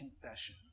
confession